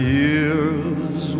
years